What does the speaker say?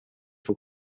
får